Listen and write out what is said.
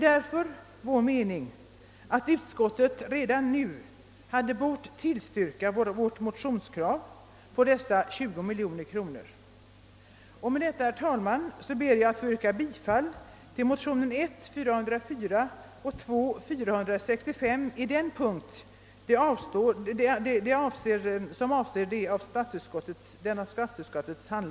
Därför anser vi att utskottet redan nu hade bort tillstyrka vårt motionskrav på dessa 20 miljoner kronor.. Med detta, herr talman, ber jag att få yrka bifall till motionen 1I:404 och II: 465 i den punkt som avser den av statsutskottet handlagda frågan.